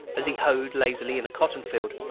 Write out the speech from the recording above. as he hoed lazily in a cotton-field,